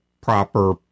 proper